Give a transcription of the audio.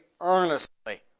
earnestly